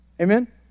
Amen